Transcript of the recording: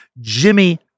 Jimmy